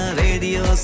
radio